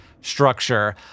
Structure